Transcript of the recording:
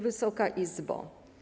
Wysoka Izbo!